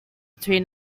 between